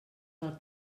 del